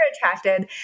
attracted